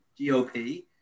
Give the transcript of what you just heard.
GOP